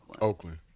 Oakland